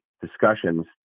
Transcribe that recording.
discussions